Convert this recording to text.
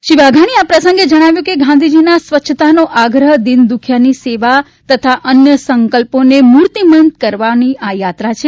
શ્રી વાઘાણી એ આ પ્રસંગે જણાવ્યું કે ગાંધીજીના સ્વચ્છતાનો આગ્રહ દીન દુખિયાની સેવા તથા અન્ય સંકલ્પોને મૂર્તિમંત કરવાની આ યાત્રા છે